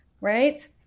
right